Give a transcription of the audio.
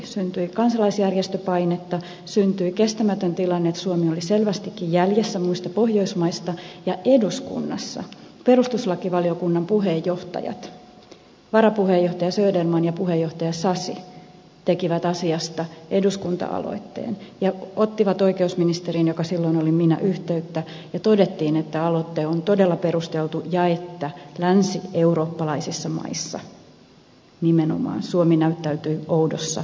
syntyi kansalaisjärjestöpainetta syntyi kestämätön tilanne että suomi oli selvästikin jäljessä muista pohjoismaista ja eduskunnassa perustuslakivaliokunnan puheenjohtajat varapuheenjohtaja söderman ja puheenjohtaja sasi tekivät asiasta eduskunta aloitteen ja ottivat oikeusministeriin joka silloin olin minä yhteyttä ja todettiin että aloite on todella perusteltu ja että länsieurooppalaisissa maissa nimenomaan suomi näyttäytyi oudossa valossa